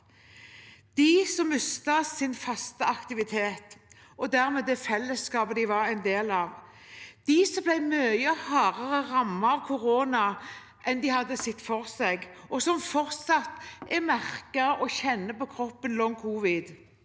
de som mistet sin faste aktivitet, og dermed det fellesskapet de var en del av, de som ble mye hardere rammet av koronaen enn de hadde sett for seg, og som fortsatt er merket og kjenner long covid